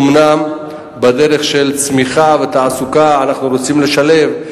אומנם בדרך של צמיחה ותעסוקה אנחנו רוצים לשלב,